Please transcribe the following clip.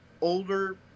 older